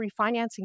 refinancing